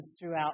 throughout